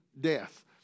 death